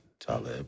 Taleb